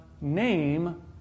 name